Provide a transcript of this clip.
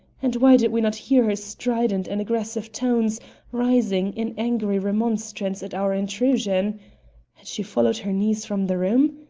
and why did we not hear her strident and aggressive tones rising in angry remonstrance at our intrusion? had she followed her niece from the room?